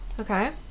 Okay